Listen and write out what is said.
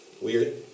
weird